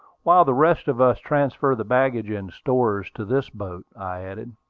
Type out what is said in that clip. while the rest of us transfer the baggage and stores to this boat, i added.